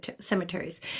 cemeteries